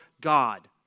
God